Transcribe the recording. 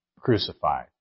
crucified